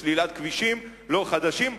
בסלילת כבישים לא חדשים.